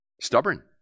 Stubborn